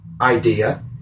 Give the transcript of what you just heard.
idea